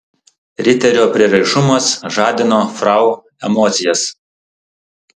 riterio prieraišumas žadino frau emocijas